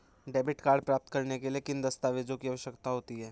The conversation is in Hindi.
डेबिट कार्ड प्राप्त करने के लिए किन दस्तावेज़ों की आवश्यकता होती है?